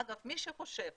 אגב, מי שחושב